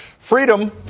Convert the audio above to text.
Freedom